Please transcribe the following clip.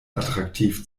attraktiv